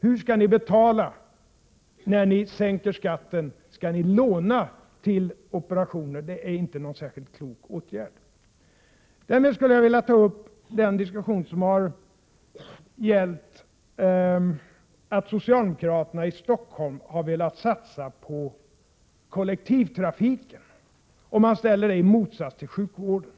Hur skall ni betala, när ni sänker skatten? Skall ni låna till operationer? Det är inte någon särskilt klok åtgärd. Därmed skulle jag vilja ta upp den diskussion som har gällt att socialdemokraterna i Stockholm har velat satsa på kollektivtrafiken. Man ställer detta i motsats till sjukvården.